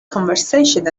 conversation